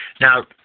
Now